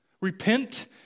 Repent